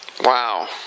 Wow